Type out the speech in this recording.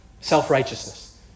self-righteousness